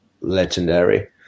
legendary